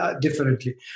differently